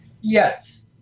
Yes